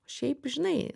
o šiaip žinai